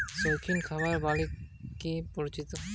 Agaricus নামের গটে mushroom ছত্রাক শৌখিন খাবার বলিকি পরিচিত